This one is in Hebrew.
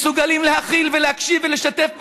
שמסוגלים להכיל ולהקשיב לשתף פעולה,